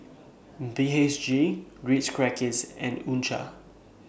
B H G Ritz Crackers and U Cha